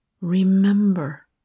remember